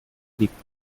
liegt